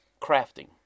crafting